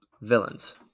Villains